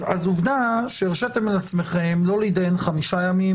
אז עובדה שהרשיתם לעצמכם לא להתדיין חמישה ימים,